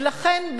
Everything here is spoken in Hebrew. ולכן,